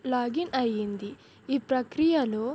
login అయ్యింది ఈ ప్రక్రియలో